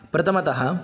प्रथमतः